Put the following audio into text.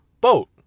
boat